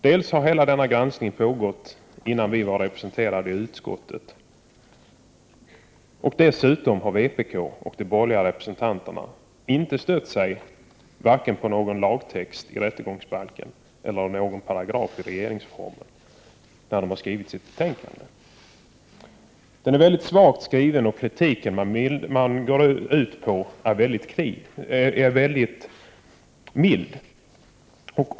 Dels pågick denna granskning redan innan miljöpartiet var representerat i utskottet, dels har vpk och de borgerliga representanterna inte stött sig vare sig på någon lagtext i rättegångsbalken eller på någon paragrafi regeringsformen när de har skrivit sin reservation. Det är en väldigt svag skrivning och kritiken är mild.